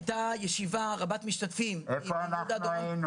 הייתה ישיבה רבת משתתפים -- איפה אנחנו היינו?